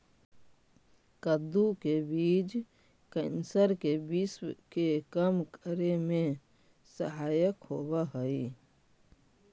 कद्दू के बीज कैंसर के विश्व के कम करे में सहायक होवऽ हइ